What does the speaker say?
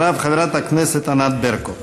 אחריו, חברת הכנסת ענת ברקו.